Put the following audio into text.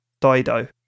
Dido